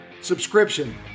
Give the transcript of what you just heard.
subscription